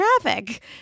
traffic